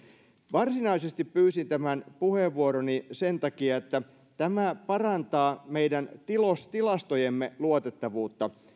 varsinaisesti pyysin tämän puheenvuoroni sen takia että tämä parantaa meidän tilastojemme luotettavuutta